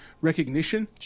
recognition